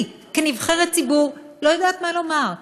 אני כנבחרת ציבור לא יודעת מה לומר.